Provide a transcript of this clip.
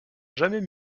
jamais